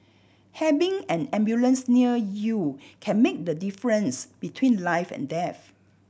having an ambulance near you can make the difference between life and death